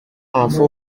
enfin